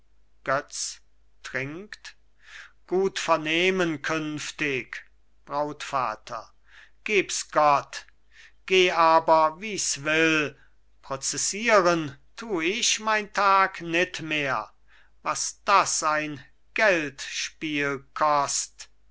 götz trinkt gut vernehmen künftig brautvater geb's gott geh aber wie's will prozessieren tu ich mein tag nit mehr was das ein geldspiel kost